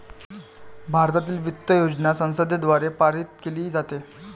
भारतातील वित्त योजना संसदेद्वारे पारित केली जाते